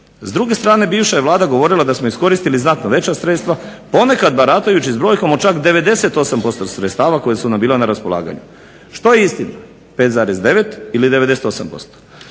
S druge strane bivša je Vlada govorila da smo iskoristili znatno veća sredstva ponekad baratajući s brojkom od čak 98% sredstava koja su nam bila na raspolaganju. Što je istina? 5,9 ili 98%?